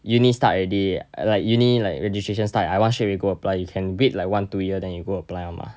uni start already like uni like registration start I want straightaway we go apply you can wait like one two year then you go apply [one] mah